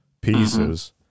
pieces